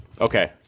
Okay